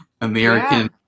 American